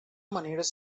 maneres